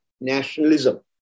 nationalism